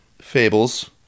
fables